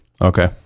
Okay